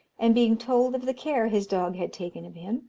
and being told of the care his dog had taken of him,